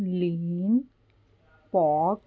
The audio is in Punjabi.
ਲੀਨ ਪੋਕ